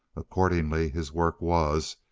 accordingly, his work was,